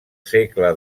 segle